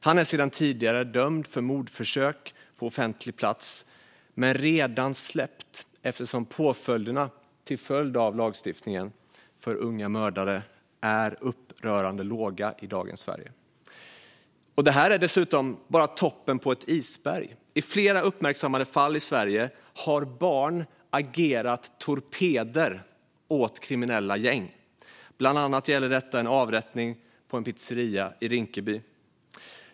Han är sedan tidigare dömd för mordförsök på offentlig plats men är redan släppt eftersom påföljderna för unga mördare är upprörande låga i dagens Sverige till följd av lagstiftningen. Detta är bara toppen av ett isberg. I flera uppmärksammade fall i Sverige har barn agerat torpeder åt kriminella gäng. Det gäller bland annat en avrättning på en pizzeria i Rinkeby.